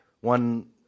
One